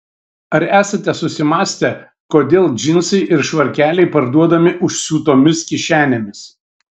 ar esate susimąstę kodėl džinsai ir švarkeliai parduodami užsiūtomis kišenėmis